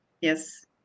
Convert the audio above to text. Yes